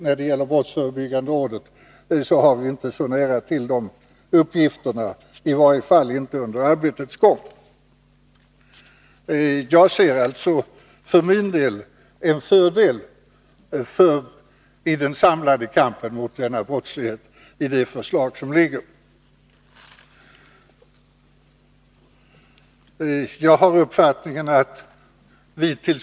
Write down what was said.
När det gäller brottsförebyggande rådet har vi inte — som Tommy Franzén sade —så nära till uppgifterna, i varje fall inte under arbetets gång. Jag ser alltså i det förslag som föreligger en fördel när det gäller den samlade kampen mot den här aktuella brottsligheten. Jag har uppfattningen att vit.